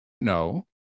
No